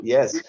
Yes